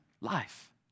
Life